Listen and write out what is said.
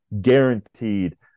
guaranteed